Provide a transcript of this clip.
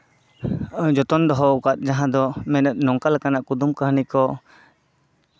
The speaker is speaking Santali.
ᱡᱚᱛᱚᱱ ᱫᱚᱦᱚᱣᱠᱟᱜ ᱡᱟᱦᱟᱸ ᱫᱚ ᱢᱮᱱᱮᱫ ᱱᱚᱝᱠᱟ ᱞᱮᱠᱟᱱᱟᱜ ᱠᱩᱫᱩᱢ ᱠᱟᱹᱦᱱᱤ ᱠᱚ